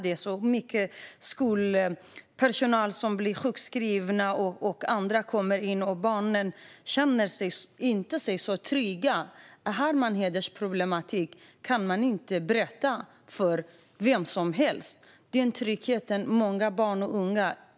Det är mycket skolpersonal som sjukskrivs, och när andra kommer in känner sig barnen inte trygga. Om de har hedersproblematik kan de inte berätta för vem som helst. Det gäller tryggheten för många barn och unga.